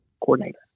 coordinator